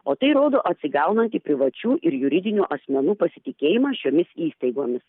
o tai rodo atsigaunantį privačių ir juridinių asmenų pasitikėjimą šiomis įstaigomis